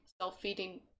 self-feeding